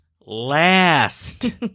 last